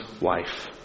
wife